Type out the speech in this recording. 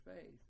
faith